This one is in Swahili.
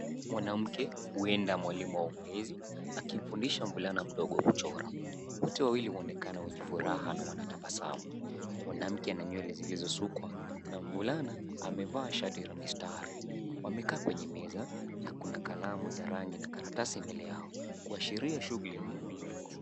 Mwanamke huenda mwalimu wa ulezi akimfundisha mvulana mdogo kuchora. Wote wawili waonekana wenye furaha na wanatabasamu. Mwanamke ana nywele zilizoshukwa na mvulana amevaa shati la mistari. Wamekaa kwenye meza na kuna kalamu za rangi na karatasi mbele yao kuashiria shughuli ya ubunifu.